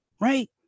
right